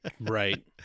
Right